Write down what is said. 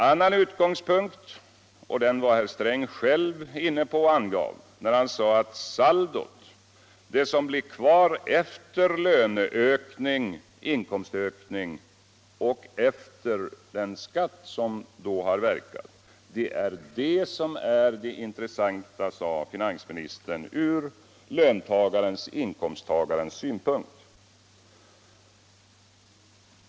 Herr Sträng sade att vad som intresserar inkomsttagaren är saldot på inkomsten, dvs. det belopp som blir kvar efter en löneökning sedan skatten har verkat.